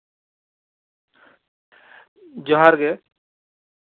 ᱡᱚᱦᱟᱨ ᱜᱮ